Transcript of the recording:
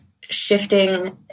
shifting